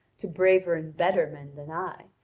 to braver and better men than i,